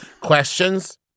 questions